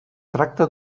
tracta